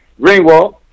Ringwall